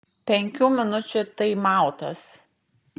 penkių minučių taimautas